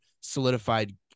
solidified